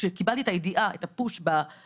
כשקיבלתי את הידיעה באייפון